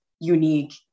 unique